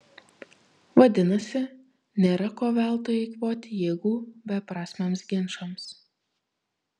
vadinasi nėra ko veltui eikvoti jėgų beprasmiams ginčams